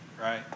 Right